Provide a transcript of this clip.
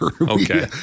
Okay